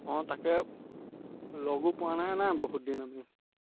অঁ তাকে লগো পোৱা নাই নাই বহুত দিন আমি